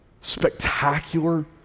Spectacular